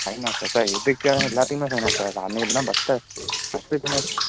ஃபைனாக sir sir எதுக்கு எல்லாத்துக்குமே ஃபைனாக சார் அன்னைக்கு அப்படிதான் பஸ்ஸில பஸ்ஸுக்குமே